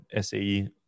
SAE